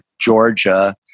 Georgia